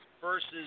Versus